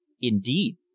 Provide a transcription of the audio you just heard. indeed